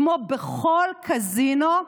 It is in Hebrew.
כמו בכל קזינו,